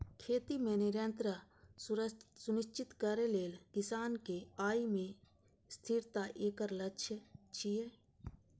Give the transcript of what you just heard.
खेती मे निरंतरता सुनिश्चित करै लेल किसानक आय मे स्थिरता एकर लक्ष्य छियै